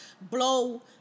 blow